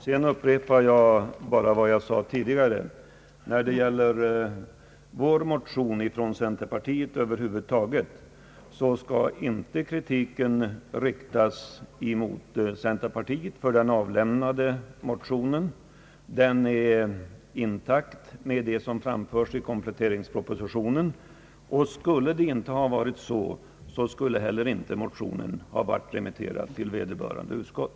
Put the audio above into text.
Jag upprepar vad jag tidigare sade, att kritik inte bör riktas mot centerpartiet för de motioner som vi väckt i denna fråga — motionerna berör det som framförts i kompletteringspropositionen. Om så inte hade varit fallet, borde motionerna icke ha remitterats till vederbörande utskott.